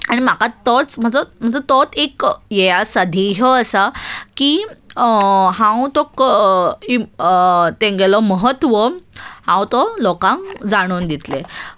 आनी म्हाका तोच म्हजो म्हजो तोच एक हें आसा ध्येय आसा की हांव तो तांगेलो महत्व हांव तो लोकांक जाणून दितलें